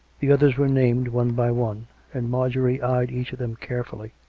the others were named one by one and marjorie eyed each of them carefully.